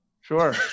Sure